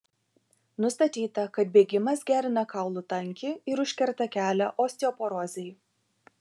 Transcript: nustatyta kad bėgimas gerina kaulų tankį ir užkerta kelią osteoporozei